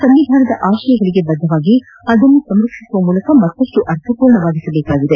ಸಂವಿಧಾನದ ಆಶಯಗಳಿಗೆ ಬದ್ಧರಾಗಿ ಅದನ್ನು ಸಂರಕ್ಷಿಸುವ ಮೂಲಕ ಮತ್ತಪ್ಪು ಅರ್ಥಪೂರ್ಣವಾಗಿಸಬೇಕಿದೆ